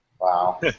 Wow